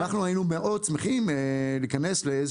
אנחנו היינו מאוד שמחים להיכנס לאיזה